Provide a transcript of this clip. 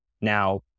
Now